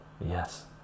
Yes